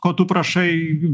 ko tu prašai